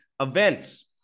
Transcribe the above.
events